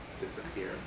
disappear